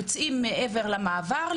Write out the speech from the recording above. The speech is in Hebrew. יוצאים מעבר למעבר,